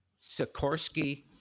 Sikorsky